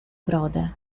brodę